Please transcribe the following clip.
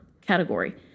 category